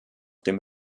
dem